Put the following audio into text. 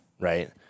Right